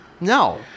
No